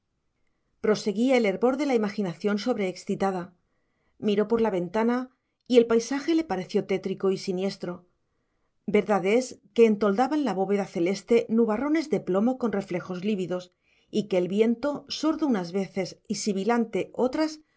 proseguía el hervor de la imaginación sobrexcitada miró por la ventana y el paisaje le pareció tétrico y siniestro verdad es que entoldaban la bóveda celeste nubarrones de plomo con reflejos lívidos y que el viento sordo unas veces y sibilante otras